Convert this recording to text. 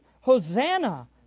Hosanna